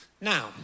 Now